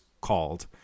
called